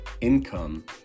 income